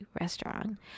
restaurant